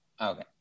Okay